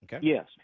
yes